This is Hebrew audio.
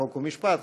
חוק ומשפט,